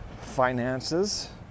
finances